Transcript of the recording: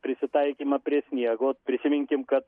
prisitaikymą prie sniego prisiminkim kad